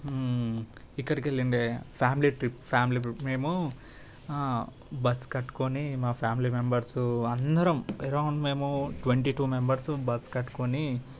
ఇక్కడికి వెళ్లిండే family trip family మేము బస్సు కట్టుకొని మా ఫ్యామిలీ మెంబర్స్ అందరం అరౌండ్ మేము ట్వంటీ టు మెంబర్స్ బస్సు కట్టుకొని